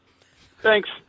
Thanks